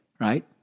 Right